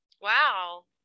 Wow